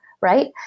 right